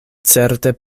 certe